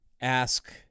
ask